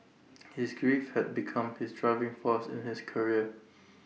his grief had become his driving force in his career